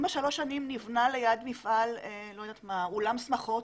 אם במשך שלוש השנים נבנה ליד מפעל אולם שמחות?